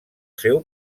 seu